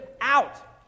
out